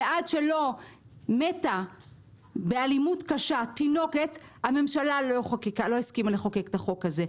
עד שלא מתה באלימות קשה תינוקת הממשלה לא הסכימה לחוקק את החוק הזה.